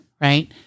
Right